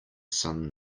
sun